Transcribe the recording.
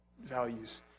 values